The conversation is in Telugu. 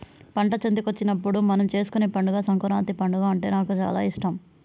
పంట చేతికొచ్చినప్పుడు మనం చేసుకునే పండుగ సంకురాత్రి పండుగ అంటే నాకు చాల ఇష్టం